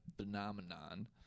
phenomenon